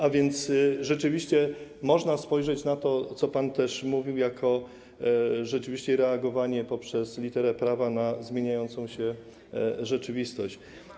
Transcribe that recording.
A więc rzeczywiście można spojrzeć na to, co pan też mówił, jak na reagowanie poprzez literę prawa na zmieniającą się rzeczywistość.